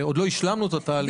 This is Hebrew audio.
למרות שעוד לא השלמנו את התהליך,